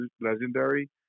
Legendary